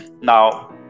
now